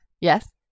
Yes